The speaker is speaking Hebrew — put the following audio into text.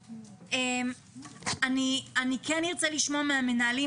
-- אני כן ארצה לשמוע מהמנהלים,